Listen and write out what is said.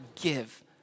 give